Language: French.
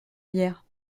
lierre